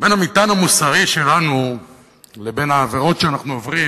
בין המטען המוסרי שלנו לבין העבירות שאנחנו עוברים